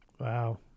Wow